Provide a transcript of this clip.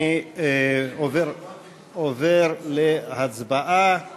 אני עובר להצבעה על